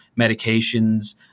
medications